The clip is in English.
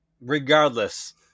Regardless